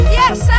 yes